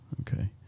Okay